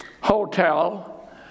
hotel